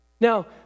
Now